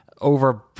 over